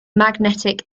magnetic